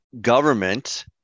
government